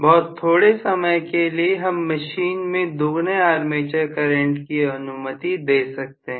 बहुत थोड़े समय के लिए हम मशीन में दुगने आर्मेचर करंट की अनुमति दे सकते हैं